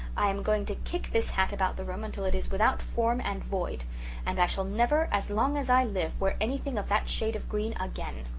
i'm going to kick this hat about the room until it is without form and void and i shall never as long as i live wear anything of that shade of green again.